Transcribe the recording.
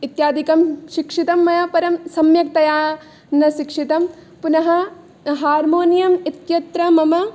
इत्यादिकं शिक्षितं मया परं सम्यक्तया न शिक्षितं पुनः हार्मोनियम् इत्यत्र मम